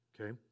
okay